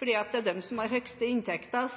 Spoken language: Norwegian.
Det er de som har den høyeste inntekten,